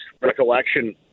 recollection